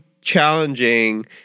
challenging